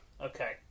okay